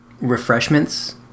refreshments